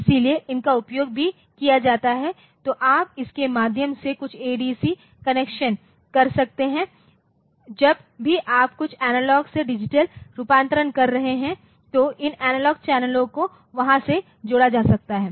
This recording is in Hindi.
इसलिए इनका उपयोग भी किया जाता है तो आप इसके माध्यम से कुछ ADC कनेक्ट कर सकते हैं और जब भी आप कुछ एनालॉग से डिजिटल रूपांतरण कर रहे हैं तो इन एनालॉग चैनलों को वहां से जोड़ा जा सकता है